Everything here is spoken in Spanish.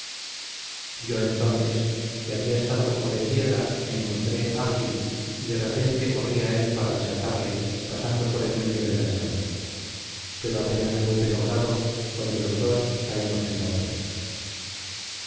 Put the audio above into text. yo entonces que había estado como de piedra me encontré ágil y de repente corrí a él para desatarle pasando por en medio de las llamas pero apenas lo hube logrado cuando los dos caímos en la hoguera